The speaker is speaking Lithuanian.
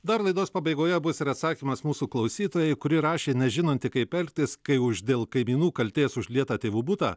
dar laidos pabaigoje bus ir atsakymas mūsų klausytojai kuri rašė nežinanti kaip elgtis kai už dėl kaimynų kaltės užlietą tėvų butą